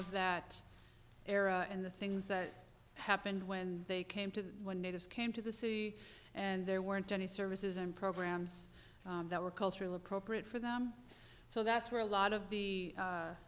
of that era and the things that happened when they came to natives came to the city and there weren't any services and programs that were culturally appropriate for them so that's where a lot of the